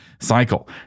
cycle